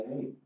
hey